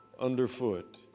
underfoot